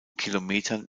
kilometern